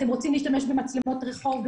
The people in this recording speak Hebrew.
אתם רוצים להשתמש במצלמת רחוב?